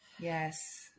Yes